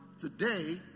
today